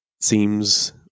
seems